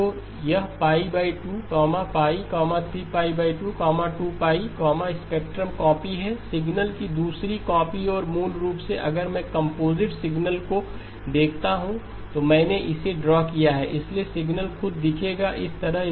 तो यह π 2 π 3 2 2 spectrum copy है सिग्नल की दूसरी कॉपी और मूल रूप से अगर मैं कंपोजिट सिग्नल को देखता हूं तो मैंने इसे ड्रा किया है इसलिए सिग्नल खुद दिखेगा इस तरह